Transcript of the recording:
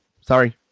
Sorry